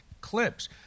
clips